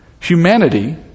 Humanity